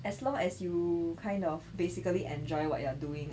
as long as you kind of basically enjoy what you are doing